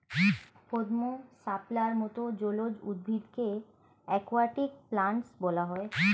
পদ্ম, শাপলার মত জলজ উদ্ভিদকে অ্যাকোয়াটিক প্ল্যান্টস বলা হয়